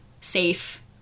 safe